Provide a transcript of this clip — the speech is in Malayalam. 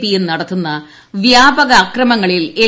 പിയും നടത്തുന്ന വ്യാപക അക്രമങ്ങളിൽ എൽ